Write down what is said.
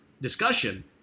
discussion